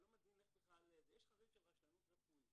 לא מבין איך בכלל --- יש חריג של רשלנות רפואית.